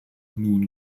nun